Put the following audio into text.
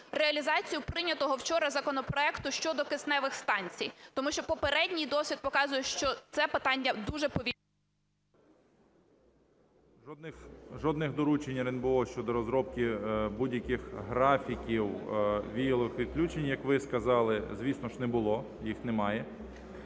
реалізацію прийнятого вчора законопроекту щодо кисневих станцій. Тому що попередній досвід показує, що це питання дуже повільно… 10:59:03 ШМИГАЛЬ Д.А. Жодних доручень РНБО щодо розробки будь-яких графіків віялових відключень, як ви сказали, звісно ж, не було, їх немає.